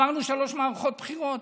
עברנו שלוש מערכות בחירות,